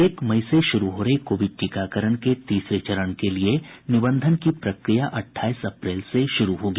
एक मई से शुरू हो रहे कोविड टीकाकरण के तीसरे चरण के लिये निबंधन की प्रक्रिया अठाईस अप्रैल से शुरू होगी